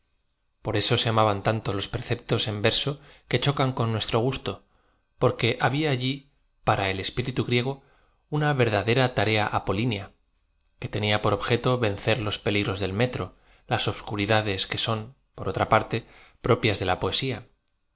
por eso ae amaban tanto los preceptos en terso que chocan con nueetro gusto porque habia alli para el espíritu griego una verdadera tarea apolínea que tenía por objeto ven cer los peligros del metro laa obscuridades que son por otra parte propias de la poesía